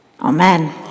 Amen